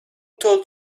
told